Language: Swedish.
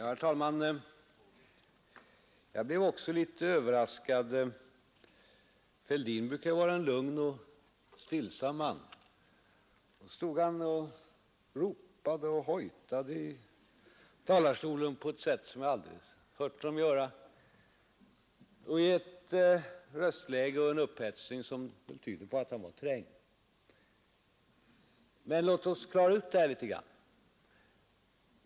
Herr talman! Jag blev också litet överraskad. Herr Fälldin brukar vara en lugn och stillsam man, men nu stod han och ropade och hojtade i talarstolen på ett sätt som jag aldrig hört honom göra och i ett röstläge och en upphetsning som väl tyder på att han var trängd. Men låt oss klara ut det här litet grand.